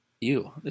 Ew